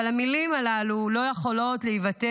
אבל המילים הללו לא יכולות להיוותר